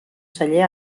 celler